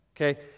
okay